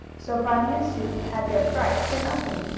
so bunny and sue had their fright for nothing,